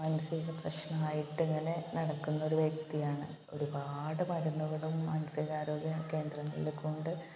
മാനസിക പ്രശ്നമായിട്ടിങ്ങനെ നടക്കുന്നൊരു വ്യക്തിയാണ് ഒരു പാട് മരുന്നുകളും മാനസികാരോഗ്യ കേന്ദ്രങ്ങളില് കൊണ്ട്